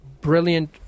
brilliant